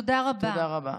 תודה רבה.